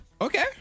Okay